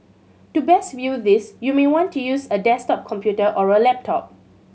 to best view this you may want to use a desktop computer or a laptop